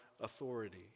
authority